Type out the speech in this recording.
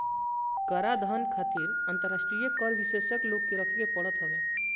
कराधान खातिर अंतरराष्ट्रीय कर विशेषज्ञ लोग के रखे के पड़त हवे